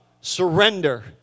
Surrender